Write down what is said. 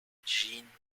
gene